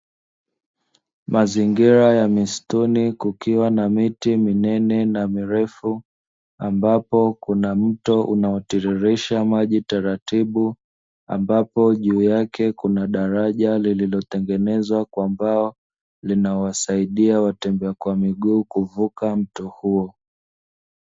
Mazingira ya misituni kukiwa na miti minene na mirefu, ambapo kuna mto unaotiririsha maji taratibu, ambapo juu yake kuna daraja lililotengenezwa lililotengenezwa kwa mbao, linaosaidia watembea kwa miguu kuvuka mto huo.